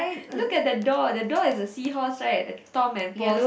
look at the door the door is a seahorse right the tom and paul's